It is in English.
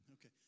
Okay